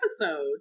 episode